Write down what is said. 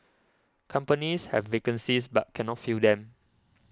companies have vacancies but cannot fill them